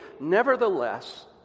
nevertheless